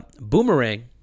boomerang